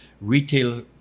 retail